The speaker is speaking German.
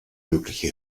mögliche